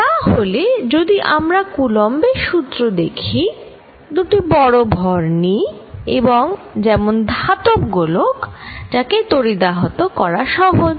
তাহলে যদি আমরা কুলম্বের সূত্র'Coulumb's Law দেখি দুটি বড় ভর নিই এবং যেমন ধাতব গোলক যাকে তড়িদাহত করা সহজ